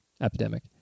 epidemic